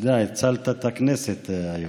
אתה יודע, הצלת את הכנסת היום.